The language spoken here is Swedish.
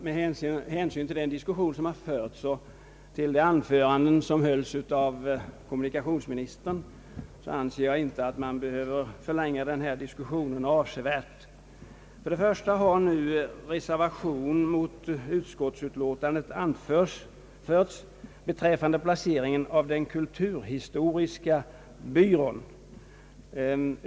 Med hänsyn till den diskussion som har förts här och till det anförande som kommunikationsministern har hållit anser jag att man inte behöver förlänga debatten avsevärt. Reservation mot utlåtandet har anförts beträffande placeringen av den kulturhistoriska byrån.